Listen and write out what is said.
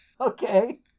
Okay